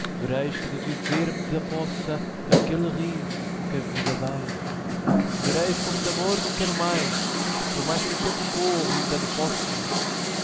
vereis que de viver me desapossa aquele riso com que a vida dais vereis como de amor não quero mais por mais que o tempo corra e o dano possa